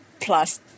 plus